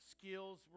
Skills